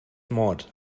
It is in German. mord